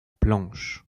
planche